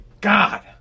God